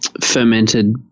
fermented